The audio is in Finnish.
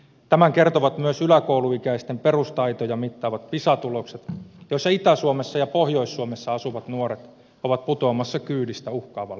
tämän kertovat myös yläkouluikäisten perustaitoja mittaavat pisa tulokset joissa itä suomessa ja pohjois suomessa asuvat nuoret ovat putoamassa kyydistä uhkaavalla tavalla